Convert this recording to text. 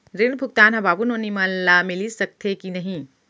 ऋण भुगतान ह बाबू नोनी मन ला मिलिस सकथे की नहीं?